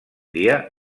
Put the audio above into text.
dia